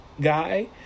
guy